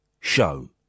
show